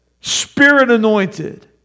Spirit-anointed